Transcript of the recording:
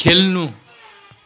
खेल्नु